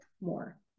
more